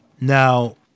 Now